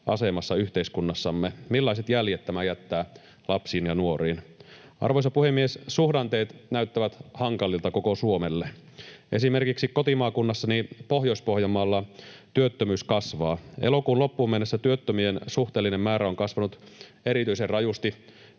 asemassa yhteiskunnassamme? Millaiset jäljet tämä jättää lapsiin ja nuoriin? Arvoisa puhemies! Suhdanteet näyttävät hankalilta koko Suomelle. Esimerkiksi kotimaakunnassani Pohjois-Pohjanmaalla työttömyys kasvaa. Elokuun loppuun mennessä työttömien suhteellinen määrä on kasvanut erityisen rajusti